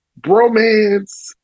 bromance